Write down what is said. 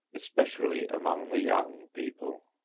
especially among the young people.